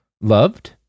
loved